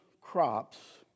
crops